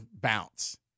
bounce